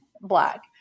black